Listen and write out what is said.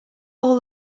all